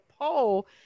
poll